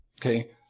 Okay